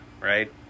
right